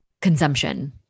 consumption